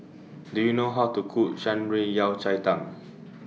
Do YOU know How to Cook Shan Rui Yao Cai Tang